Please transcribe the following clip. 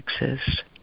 exist